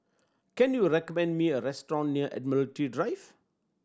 can you recommend me a restaurant near Admiralty Drive